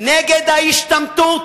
נגד ההשתמטות.